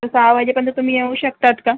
तर सहा वाजेपर्यंत तुम्ही येऊ शकतात का